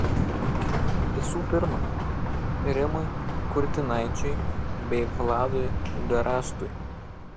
visų pirma rimui kurtinaičiui bei vladui garastui